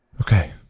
Okay